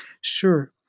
sure